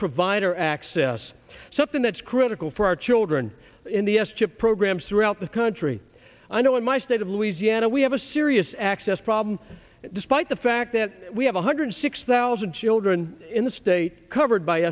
provider access something that's critical for our children in the s chip programs throughout the country i know in my state of louisiana we have a serious access problem despite the fact that we have one hundred six thousand children in the state covered